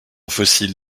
fossile